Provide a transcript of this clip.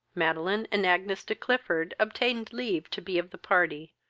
madeline and agnes de clifford obtained leave to be of the party,